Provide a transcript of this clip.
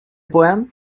plan